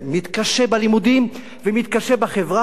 מתקשה בלימודים ומתקשה בחברה,